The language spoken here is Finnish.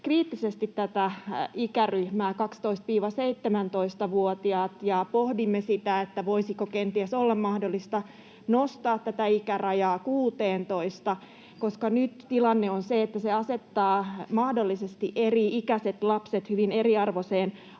kriittisesti ikäryhmää 12—17-vuotiaat ja pohdimme sitä, voisiko kenties olla mahdollista nostaa tätä ikärajaa 16:een, koska nyt tilanne on se, että se asettaa eri-ikäiset lapset mahdollisesti hyvin eriarvoiseen